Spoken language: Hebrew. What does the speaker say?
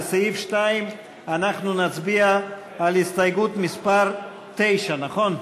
לסעיף 2 אנחנו נצביע על הסתייגות מס' 9, נכון?